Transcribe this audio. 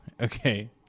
Okay